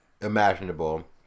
Imaginable